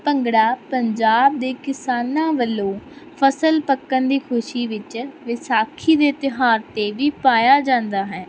ਭੰਗੜਾ ਪੰਜਾਬ ਦੇ ਕਿਸਾਨਾਂ ਵੱਲੋਂ ਫ਼ਸਲ ਪੱਕਣ ਦੀ ਖੁਸ਼ੀ ਵਿੱਚ ਵਿਸਾਖੀ ਦੇ ਤਿਉਹਾਰ 'ਤੇ ਵੀ ਪਾਇਆ ਜਾਂਦਾ ਹੈ